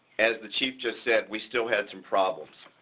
as the chief just said, we still had some problems.